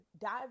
dive